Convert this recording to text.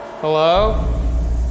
Hello